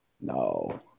No